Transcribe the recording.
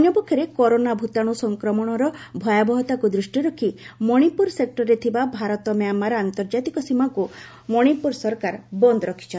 ଅନ୍ୟପକ୍ଷରେ କରୋନା ଭ୍ରତାଣୁ ସଂକ୍ରମଣର ଭୟାବହତାକୁ ଦୃଷ୍ଟିରେ ରଖି ମଣିପୁର ସେକ୍ଟରରେ ଥିବା ଭାରତ ମ୍ୟାମାର ଆନ୍ତର୍ଜାତିକ ସୀମାକୁ ମଣିପୁର ସରକାର ବନ୍ଦ୍ ରଖିଛନ୍ତି